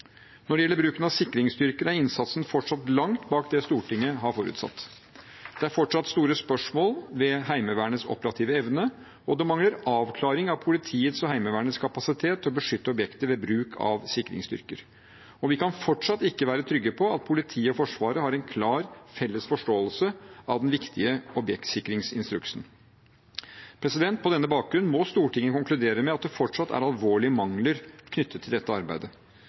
Når det gjelder bruken av sikringsstyrker, er innsatsen fortsatt langt bak det Stortinget har forutsatt. Det er fortsatt store spørsmål ved Heimevernets operative evne. Det mangler avklaringer av politiets og Heimevernets kapasitet til å beskytte objekter ved bruk av sikringsstyrker, og vi kan fortsatt ikke være trygge på at politiet og Forsvaret har en klar og felles forståelse av den viktige objektsikringsinstruksen. På denne bakgrunn må Stortinget konkludere med at det fortsatt er alvorlige mangler knyttet til dette arbeidet.